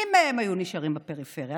מי מהם היו נשארים בפריפריה?